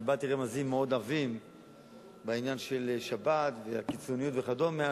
קיבלתי רמזים מאוד עבים בעניין של שבת והקיצוניות וכדומה,